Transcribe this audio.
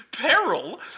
peril